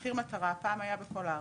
מחיר מטרה פעם היה בכל הארץ,